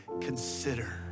Consider